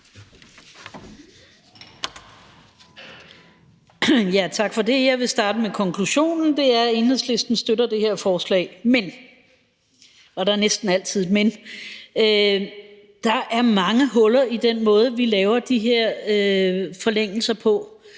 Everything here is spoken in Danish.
Tak for det. Jeg vil starte med konklusionen, og den er, at Enhedslisten støtter det her forslag. Men – og der er næsten altid et men – der er mange huller i den måde, vi laver de her forlængelser på.